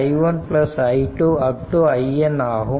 iN ஆகும்